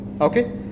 Okay